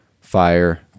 fire